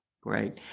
great